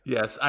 Yes